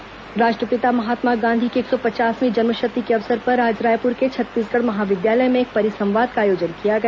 परिसंवाद राष्ट्रपिता महात्मा गांधी की एक सौ पचासवीं जन्मशती के अवसर पर आज रायपुर के छत्तीसगढ़ महाविद्यालय में एक परिसंवाद का आयोजन किया गया